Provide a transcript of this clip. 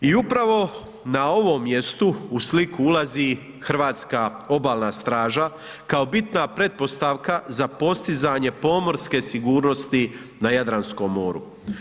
I upravo na ovom mjestu u sliku ulazi hrvatska Obalna straža kao bitna pretpostavka za postizanje pomorske sigurnosti na Jadranskom moru.